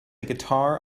guitar